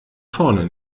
vorne